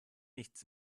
nichts